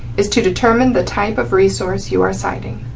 is to determine the type of resource you are citing.